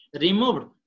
removed